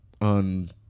on